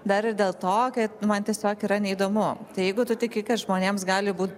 dar ir dėl to kad man tiesiog yra neįdomu tai jeigu tu tiki kad žmonėms gali būt